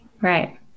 right